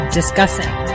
discussing